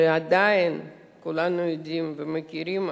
שכולנו יודעים ומכירים,